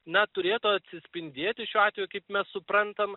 na turėtų atsispindėti šiuo atveju kaip mes suprantam